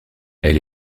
elle